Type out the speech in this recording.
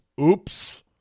oops